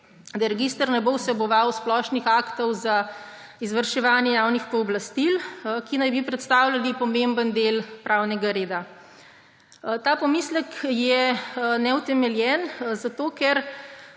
da register ne bo vseboval splošnih aktov za izvrševanje javnih pooblastil, ki naj bi predstavljali pomemben del pravnega reda. Ta pomislek je neutemeljen, zato ker